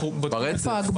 ברצף.